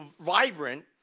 vibrant